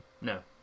No